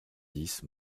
dix